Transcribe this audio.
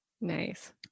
Nice